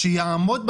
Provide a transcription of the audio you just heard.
דיברנו על